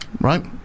Right